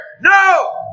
no